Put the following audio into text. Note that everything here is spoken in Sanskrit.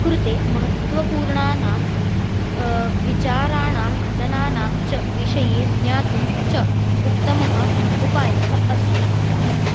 कृते महत्त्वपूर्णानां विचाराणां घटनानां च विषये ज्ञातुं च उत्तमः उपायः अस्ति